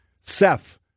Seth